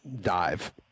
dive